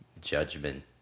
judgment